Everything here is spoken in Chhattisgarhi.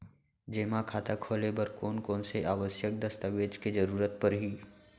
जेमा खाता खोले बर कोन कोन से आवश्यक दस्तावेज के जरूरत परही?